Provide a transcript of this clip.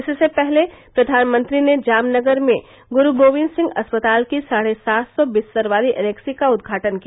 इससे पहले प्रधानमंत्री ने जामनगर में गुरू गोबिंद सिंह अस्पताल की साढ़े सात सौ बिस्तर वाली एनेक्सी का उद्घाटन किया